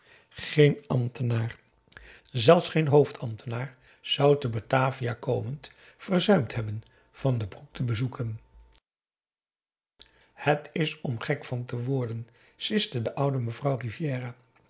geen ambtenaar zelfs geen hoofdambtenaar zou te batavia komend verzuimd hebben van den broek te bezoeken het is om gek van te worden siste de oude mevrouw rivière